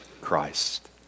Christ